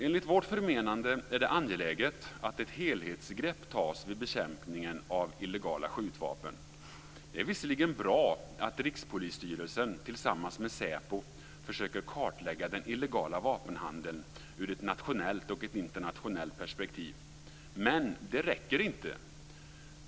Enligt vårt förmenande är det angeläget att ett helhetsgrepp tas vid bekämpningen av illegala skjutvapen. Det är visserligen bra att Rikspolisstyrelsen tillsammans med säpo försöker att kartlägga den illegala vapenhandeln ur ett nationellt och ett internationellt perspektiv. Men det räcker inte.